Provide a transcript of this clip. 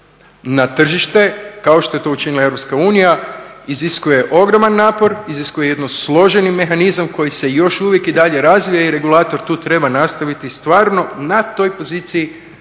na tržište kao što je to učinila Europska unija iziskuje ogroman napor, iziskuje jedan složeni mehanizam koji se još uvijek i dalje razvija i regulator tu treba nastaviti stvarno na toj poziciji